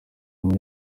muri